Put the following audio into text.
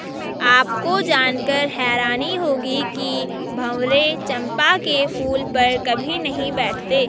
आपको जानकर हैरानी होगी कि भंवरे चंपा के फूल पर कभी नहीं बैठते